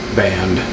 band